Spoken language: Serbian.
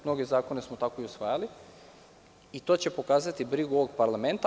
Mnoge zakone smo tako i usvajali i to će pokazati brigu ovog parlamenta.